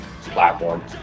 platform